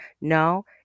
no